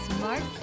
Smart